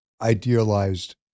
idealized